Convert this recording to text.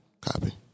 Copy